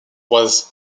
was